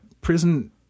prison